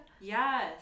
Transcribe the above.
yes